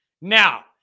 Now